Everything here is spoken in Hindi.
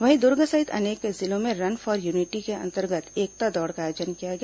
वहीं दुर्ग सहित अनेक जिलों में रन फॉर यूनिटी के अंतर्गत एकता दौड़ का आयोजन किया गया